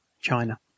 China